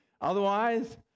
Otherwise